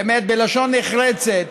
באמת בלשון נחרצת,